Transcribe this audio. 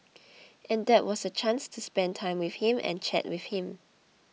and that was a chance to spend time with him and chat with him